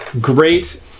Great